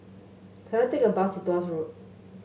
can I take a bus to Tuas Road